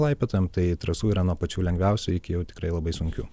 laipiotojam tai trasų yra nuo pačių lengviausių iki jau tikrai labai sunkių